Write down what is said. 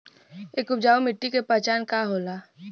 एक उपजाऊ मिट्टी के पहचान का होला?